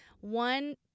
one